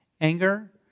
anger